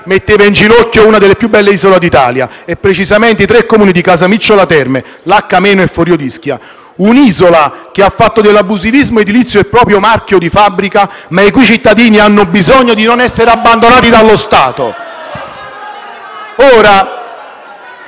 metteva in ginocchio una delle più belle isole d'Italia, e precisamente i tre Comuni di Casamicciola Terme, Lacco Ameno e Forio d'Ischia. Un'isola che ha fatto dell'abusivismo edilizio il proprio marchio di fabbrica, ma i cui cittadini hanno bisogno di non essere abbandonati dallo Stato.